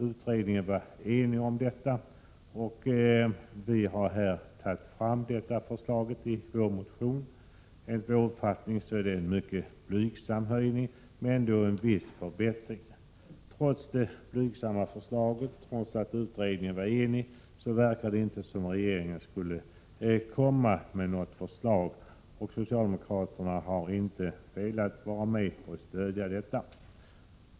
Utredningen var enig om detta. Vi har i vår motion tagit fram det förslaget. Enligt vår uppfattning rör det sig om en mycket blygsam höjning, men ändå en viss förbättring. Trots den blygsamma höjningen och trots att utredningen var enig, verkar det inte som om regeringen skulle komma med något förslag. Socialdemokraterna har inte velat stödja detta.